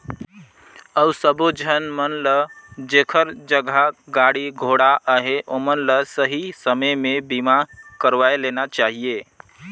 अउ सबो झन मन ल जेखर जघा गाड़ी घोड़ा अहे ओमन ल सही समे में बीमा करवाये लेना चाहिए